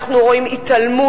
אנחנו רואים התעלמות,